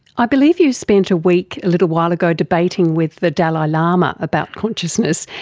i believe you spent a week a little while ago debating with the dalai lama about consciousness.